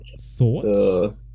thoughts